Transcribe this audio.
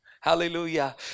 Hallelujah